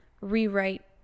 rewrite